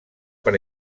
per